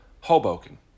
Hoboken